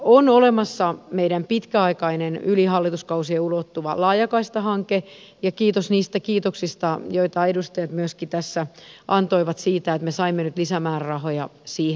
on olemassa meidän pitkäaikainen yli hallituskausien ulottuva laajakaistahanke ja kiitos niistä kiitoksista joita edustajat myöskin tässä antoivat siitä että me saimme nyt lisämäärärahoja siihen